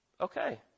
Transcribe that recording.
okay